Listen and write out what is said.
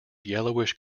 yellowish